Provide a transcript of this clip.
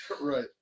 right